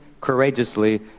courageously